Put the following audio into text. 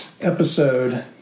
episode